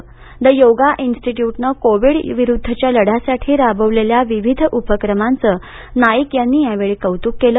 the yoga institute नं covid विरुद्धच्या लढ्यासाठी राबविलेल्या विविध उपक्रमांच नाईक यांनी यावेळी कौतुक केलं